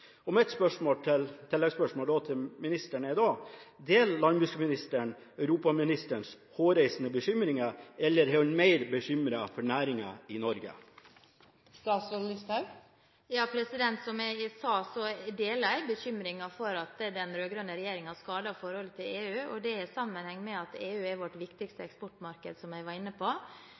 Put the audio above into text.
Mitt spørsmål til ministeren er da: Deler landbruksministeren europaministerens hårreisende bekymringer, eller er hun mer bekymret for næringen i Norge? Som jeg sa, deler jeg bekymringen for at den rød-rønne regjeringen skadet forholdet til EU, og det har, som jeg var inne på, sammenheng med at EU er vårt viktigste eksportmarked,